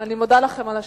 אני מודה לכם על השקט.